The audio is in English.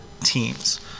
teams